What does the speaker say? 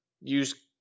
use